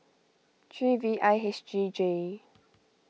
three V I H G J